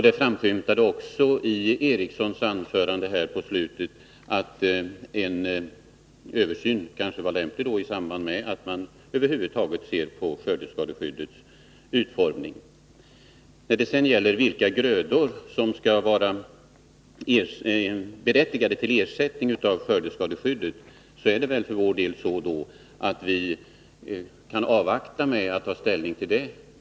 Det framskymtade också i slutet av herr Erikssons anförande att en översyn av administrationen kunde vara lämplig i samband med en allmän översyn av skördeskadeskyddets utformning. Beträffande vilka grödor som skall berättiga till ersättning från skördeskadeskyddet kan vi för vår del avvakta med att ta ställning.